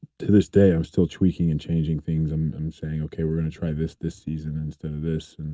to this day i'm still tweaking and changing things. i'm i'm saying okay. we're going to try this this season instead of this.